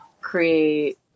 create